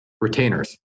retainers